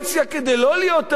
גברתי היושבת-ראש,